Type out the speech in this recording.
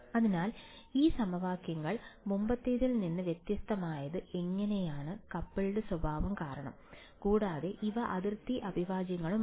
അതിനാൽ ഈ സമവാക്യങ്ങൾ മുമ്പത്തേതിൽ നിന്ന് വ്യത്യസ്തമായത് എങ്ങനെയാണ് കപ്പിൾഡ് സ്വഭാവം കാരണം കൂടാതെ ഇവ അതിർത്തി അവിഭാജ്യങ്ങളുമാണ്